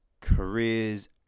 Careers